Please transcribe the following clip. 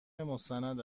مستند